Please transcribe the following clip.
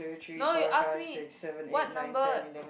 no you ask me what number